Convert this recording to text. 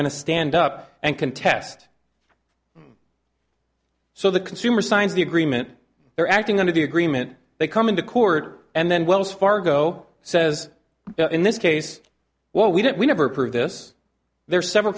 going to stand up and contest so the consumer signs the agreement they're acting under the agreement they come into court and then wells fargo says in this case well we don't we never prove this there are several